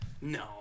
No